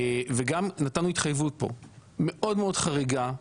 וגם נתנו התחייבות פה מאוד חריגה,